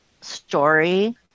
story